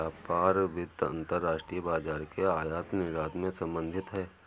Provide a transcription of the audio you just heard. व्यापार वित्त अंतर्राष्ट्रीय बाजार के आयात निर्यात से संबधित है